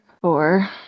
four